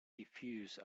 diffuse